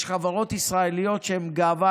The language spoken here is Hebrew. יש חברות ישראליות שהן גאווה,